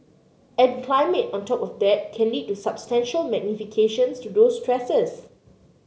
and climate on top of that can lead to substantial magnifications to those stresses